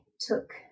took